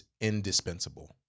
indispensable